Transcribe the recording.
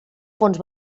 fons